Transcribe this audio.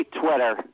Twitter